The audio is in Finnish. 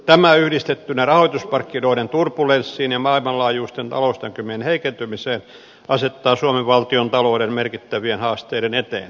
tämä yhdistettynä rahoitusmarkkinoiden turbulenssiin ja maailmanlaajuisten talousnäkymien heikentymiseen asettaa suomen valtiontalouden merkittävien haasteiden eteen